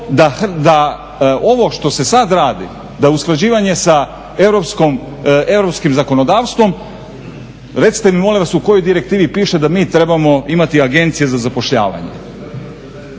da ovo što se sad radi da usklađivanje sa europskim zakonodavstvom recite mi molim vas u kojoj direktivi piše da mi trebamo imati Agencije za zapošljavanje?